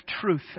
truth